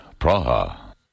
Praha